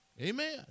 Amen